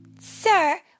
sir